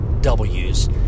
W's